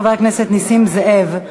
חבר הכנסת נסים זאב.